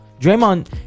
Draymond